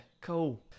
cool